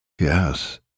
Yes